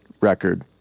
record